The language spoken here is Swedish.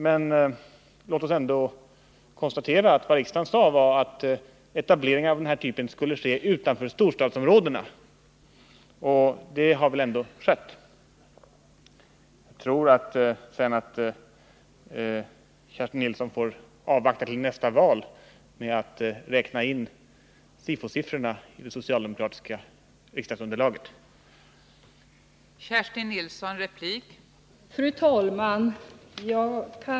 Men låt oss ändå konstatera att det riksdagen sade var att etableringar av den här typen skulle ske utanför storstadsområdena. Det har väl ändå skett. Nr 137 Jag tror att Kerstin Nilsson får avvakta till nästa val med att räkna in Onsdagen den SIFO-siffrorna i det socialdemokratiska riksdagsunderlaget.